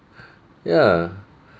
ya